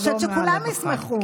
אני חושבת שכולם ישמחו.